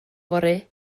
fory